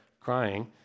crying